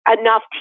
enough